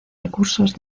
recursos